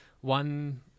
one